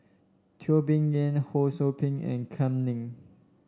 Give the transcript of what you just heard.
Teo Bee Yen Ho Sou Ping and Kam Ning